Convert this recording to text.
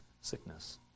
sickness